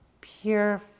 pure